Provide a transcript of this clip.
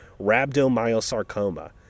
rhabdomyosarcoma